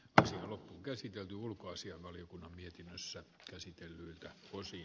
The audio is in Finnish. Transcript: tosin ollut käsite ulkoasianvaliokunnan mietinnössä myös ykssa